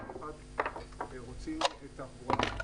מצד אחד רוצים תחבורה.